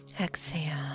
exhale